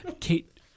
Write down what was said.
Kate